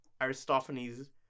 aristophanes